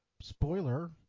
spoiler